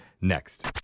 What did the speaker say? next